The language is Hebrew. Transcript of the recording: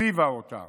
הציגה אותה